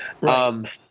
Right